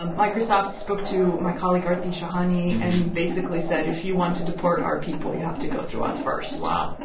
ah microsoft spoke to my colleague aarti shahani and basically said, if you want to deport our people, you have to go through us first wow.